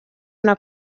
una